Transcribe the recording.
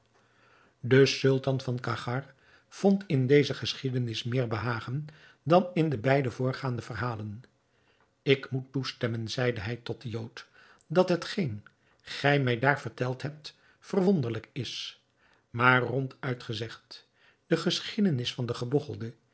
de sultan van cachgar vond in deze geschiedenis meer behagen dan in de beide voorgaande verhalen ik moet toestemmen zeide hij tot den jood dat hetgeen gij mij daar verteld hebt verwonderlijk is maar ronduit gezegd de geschiedenis van den gebogchelde